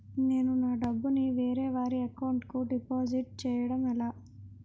నేను నా డబ్బు ని వేరే వారి అకౌంట్ కు డిపాజిట్చే యడం ఎలా?